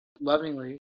lovingly